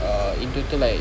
err in total like